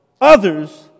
others